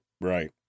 Right